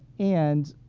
and